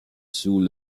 sous